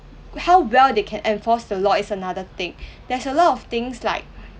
how well they can enforce the law is another thing there's a lot of things like